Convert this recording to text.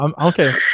okay